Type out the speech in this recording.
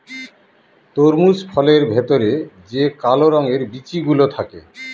তরমুজ ফলের ভেতরে যে কালো রঙের বিচি গুলো থাকে